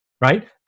right